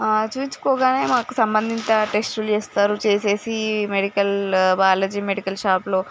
చూపించుకోగానే మాకు సంబంధిత టెస్టులు చేస్తారు చేసేసి మెడికల్ బాలాజీ మెడికల్ షాపులో